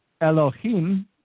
Elohim